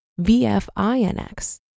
VFINX